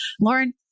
Lauren